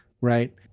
right